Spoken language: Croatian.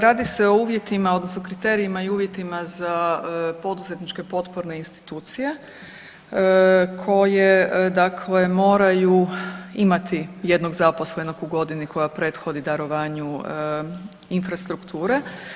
Radi se o uvjetima odnosno kriterijima i uvjetima za poduzetničke potporne institucije koje dakle moraju imati jednog zaposlenog u godini koja prethodi darovanju infrastrukture.